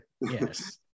yes